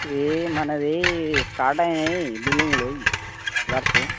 ఇది మనది స్టార్ట్ అయినాయి బిల్డింగ్లు వర్క్